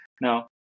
Now